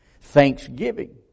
Thanksgiving